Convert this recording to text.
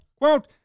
Quote